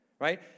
Right